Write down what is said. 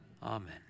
Amen